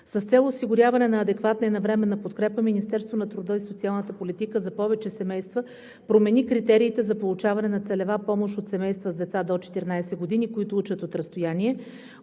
С цел осигуряване на адекватна и навременна подкрепа Министерството на труда и социалната политика за повече семейства промени критериите за получаване на целева помощ от семейства с деца до 14 години, които учат от разстояние.